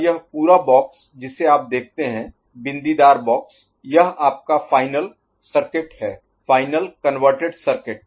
और यह पूरा बॉक्स जिसे आप देखते हैं बिंदीदार बॉक्स यह आपका फाइनल Final अंतिम सर्किट है final converted circuit Final Converted Circuit अंतिम रूपांतरित सर्किट